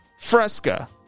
Fresca